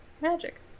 Magic